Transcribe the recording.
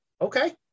Okay